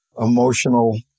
emotional